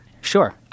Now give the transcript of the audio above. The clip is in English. Sure